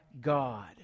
God